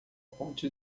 ponte